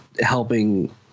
helping